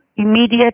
immediate